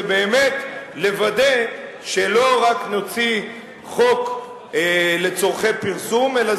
באמת לוודא שלא רק נוציא חוק לצורכי פרסום אלא